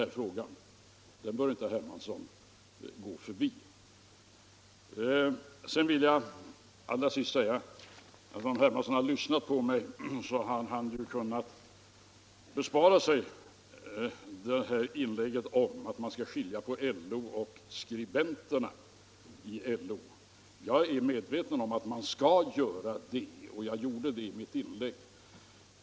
Jag skall med stort intresse ta del av det. Om herr Hermansson hade lyssnat på mig hade han kunnat bespara sig inlägget om att man skall skilja på LO och skribenterna i LO. Jag är medveten om att man skall göra det, och jag gjorde det i mitt inlägg.